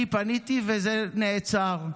אני פניתי, וזה נעצר.